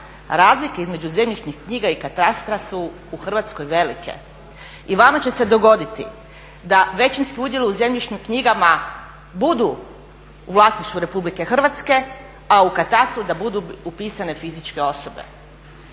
Razlike između zemljišnih knjiga i katastra su u Hrvatskoj velike i vama će se dogoditi da većinski udjeli u zemljišnim knjigama budu u vlasništvu RH, a u katastru da budu upisane fizičke osobe.